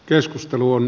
keskustelu on